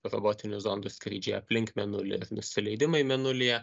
robotinių zondų skrydžiai aplink mėnulį ir nusileidimai mėnulyje